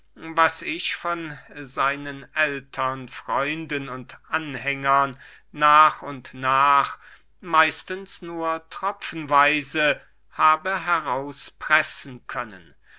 was ich von seinen ältern freunden und anhängern nach und nach meistens nur tropfenweise habe heraus pressen können